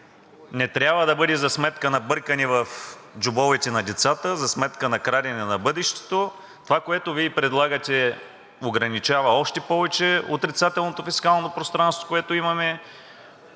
Не трябва да бъде за сметка на бъркане в джобовете на децата, за сметка на крадене на бъдещето. Това, което Вие предлагате, ограничава още повече отрицателното фискално пространство, което имаме.